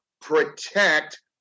protect